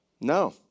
No